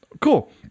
cool